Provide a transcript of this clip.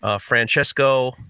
Francesco